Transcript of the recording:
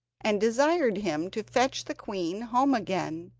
and desired him to fetch the queen home again,